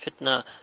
fitnah